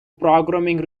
programming